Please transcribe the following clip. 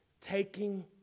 Taking